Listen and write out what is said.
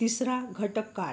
तिसरा घटक काढ